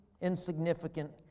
insignificant